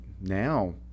now